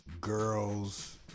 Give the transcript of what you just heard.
Girls